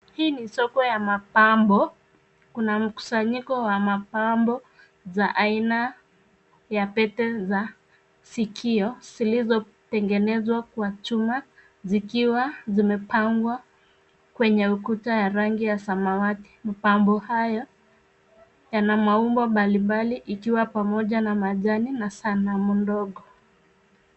Hii ni soko ya mapambo, kuna mkusanyiko wa mapambo za aina ya pete za sikio zilizotengenezwa kwa chuma zikiwa zimepangwa kwenye ukuta ya rangi ya samawati. Mapambo hayo yana maumbo mbalimbali ikiwa pamoja na majani na sanamu ndogo.